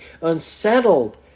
unsettled